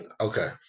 Okay